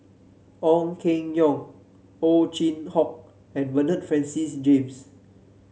Ong Keng Yong Ow Chin Hock and Bernard Francis James